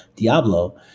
Diablo